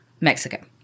Mexico